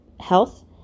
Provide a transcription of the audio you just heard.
health